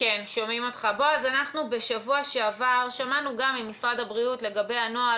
אנחנו בשבוע שעבר שמענו גם ממשרד הבריאות לגבי הנוהל,